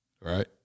right